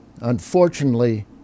unfortunately